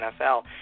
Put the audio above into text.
NFL